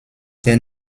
der